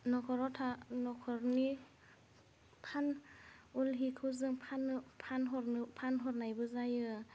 नख'राव था न'खरनि फान उल हिखौ जों फाननो फानहरनो फानहरनायबो जायो